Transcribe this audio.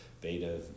beta